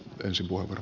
olkaa hyvä